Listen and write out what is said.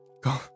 Go